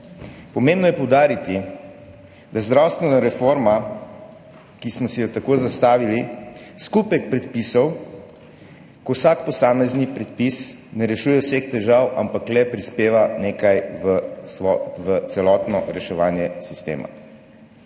Pomembno je poudariti, da je zdravstvena reforma, ki smo si jo tako zastavili, skupek predpisov, ko vsak posamezni predpis ne rešuje vseh težav, ampak le prispeva nekaj v celotno reševanje sistema.